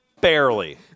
Barely